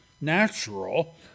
natural